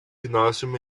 gymnasium